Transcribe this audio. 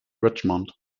richmond